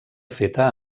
feta